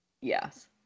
Yes